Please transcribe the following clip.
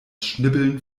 schnibbeln